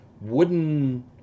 wooden